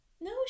no